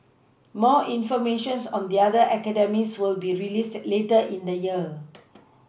more information on the other academies will be released later in the year